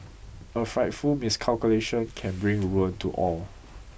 a frightful miscalculation can bring ruin to all